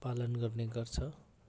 पालन गर्ने गर्छ